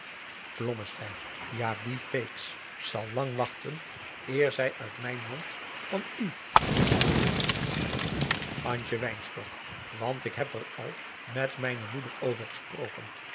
ja die feeks zal lang wachten eer zij uit mijn mond van u iets hoort antje wynstok want ik heb er al met mijne moeder over gesproken